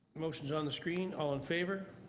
motion is on the screen. all in favor.